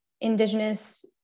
indigenous